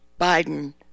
Biden